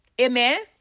Amen